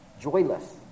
joyless